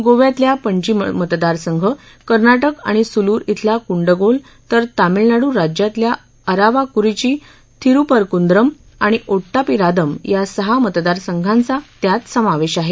गोव्यातला पणजी मतदारसंघ कर्नाटक आणि सुलुर बेल्या कुंन्डगोल तर तामिळनाडू राज्यातल्या अरावाकुरीची थिरुपरंकुन्द्रम् आणि ओट्टापीराम या सहा मतदारसंघांचा त्यात समावेश आहे